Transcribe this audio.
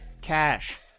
cash